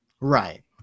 Right